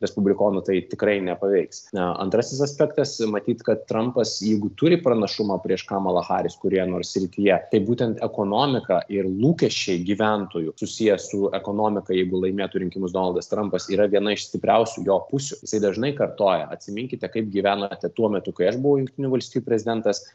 respublikonų tai tikrai nepaveiks na antrasis aspektas matyt kad trampas jeigu turi pranašumą prieš kamala haris kurioje nors srityje tai būtent ekonomika ir lūkesčiai gyventojų susiję su ekonomika jeigu laimėtų rinkimus donaldas trampas yra viena iš stipriausių jo pusių jisai dažnai kartoja atsiminkite kaip gyvenote tuo metu kai aš buvau jungtinių valstijų prezidentas